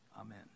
amen